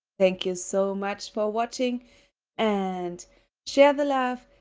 thank you so much for watching and share the love,